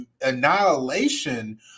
annihilation